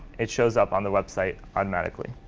it shows up on the website automatically.